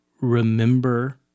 remember